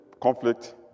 conflict